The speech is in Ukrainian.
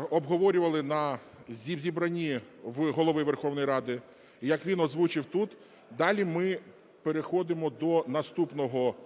обговорювали на зібранні в Голови Верховної Ради, як він озвучив тут, далі ми переходимо до наступного питання.